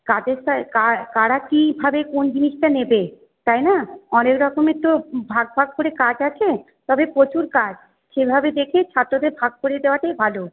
কাদের কারা কীভাবে কোন জিনিসটা নেবে তাই না অনেক রকমের তো ভাগ ভাগ করে কাজ আছে তবে প্রচুর কাজ সেইভাবে দেখে ছাত্রদের ভাগ করে দেওয়াটাই ভালো